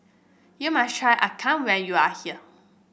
you must try appam when you are here